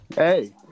Hey